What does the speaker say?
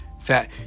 fat